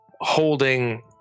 holding